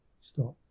stop